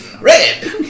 red